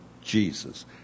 Jesus